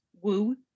woo